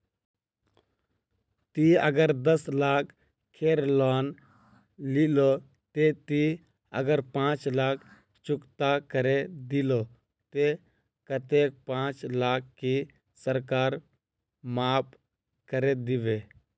ती अगर दस लाख खेर लोन लिलो ते ती अगर पाँच लाख चुकता करे दिलो ते कतेक पाँच लाख की सरकार माप करे दिबे?